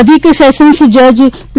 અધિક સેશન્સ જજ પી